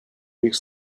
weeks